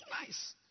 nice